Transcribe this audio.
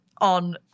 on